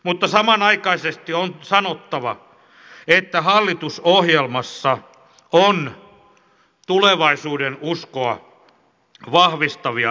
mutta samanaikaisesti on sanottava että hallitusohjelmassa on tulevaisuudenuskoa vahvistavia elementtejä